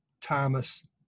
Thomas